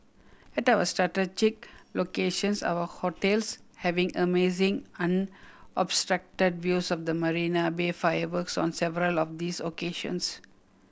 at our locations our hotels having amazing unobstructed views of the Marina Bay fireworks on several of these occasions